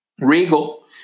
Regal